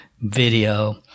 video